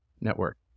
network